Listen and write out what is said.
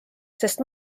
sest